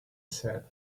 said